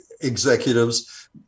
executives